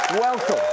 Welcome